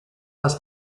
das